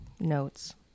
notes